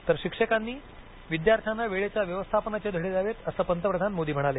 तर शिक्षकांनी विद्यार्थ्यांना वेळेच्या व्यवस्थापनाचे धडे द्यावेत असं पंतप्रधान मोदी म्हणाले